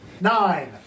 Nine